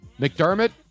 McDermott